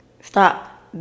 Stop